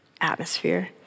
atmosphere